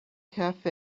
cafe